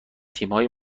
تیمهای